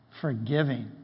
forgiving